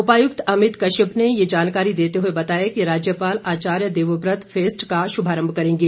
उपायुक्त अमित कश्यप ने ये जानकारी देते हुए बताया कि राज्यपाल आचार्य देवव्रत फेस्ट का शुभारंभ करेंगे